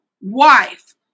wife